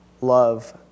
love